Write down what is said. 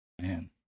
man